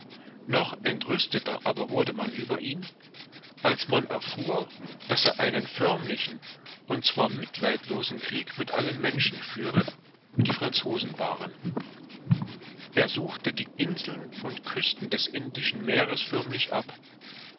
noch entrüsteter aber wurde man über ihn als man erfuhr daß er einen förmlichen und zwar mitleidslosen krieg mit allen menschen führe die franzosen waren er suchte die inseln und küsten des indischen meeres förmlich ab